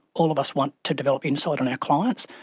all of us want to develop insight on our clients.